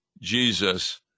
Jesus